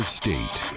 state